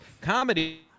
comedy